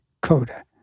coda